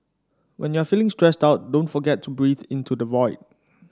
when you are feeling stressed out don't forget to breathe into the void